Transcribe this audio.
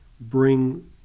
bring